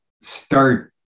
start